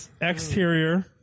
exterior